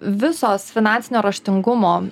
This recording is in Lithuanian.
visos finansinio raštingumo